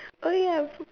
oh ya